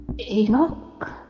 Enoch